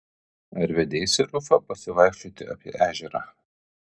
ar vedeisi rufą pasivaikščioti apie ežerą